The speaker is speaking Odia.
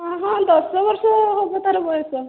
ହଁ ହଁ ଦଶ ବର୍ଷ ହେବ ତା'ର ବୟସ